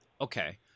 Okay